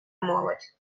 молодь